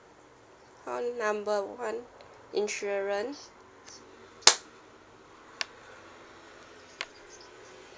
call number one insurance